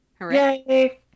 yay